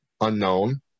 unknown